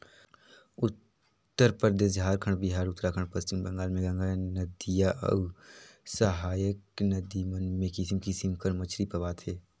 उत्तरपरदेस, झारखंड, बिहार, उत्तराखंड, पच्छिम बंगाल में गंगा नदिया अउ सहाएक नदी मन में किसिम किसिम कर मछरी पवाथे